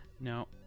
No